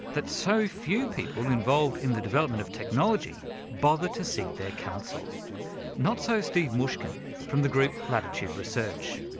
that so few people involved in the development of technology bother to seek their counsel not so steve mushkin from the group, latitude research.